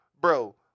bro